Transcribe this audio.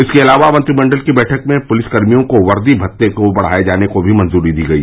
इसके अलावा मंत्रिमंडल की बैठक में पुलिस कर्मियों के वर्दी भत्ते को बढ़ाये जाने को भी मंजूरी दी गई